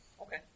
Okay